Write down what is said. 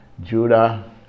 Judah